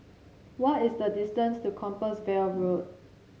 what is the distance to Compassvale Road